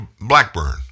Blackburn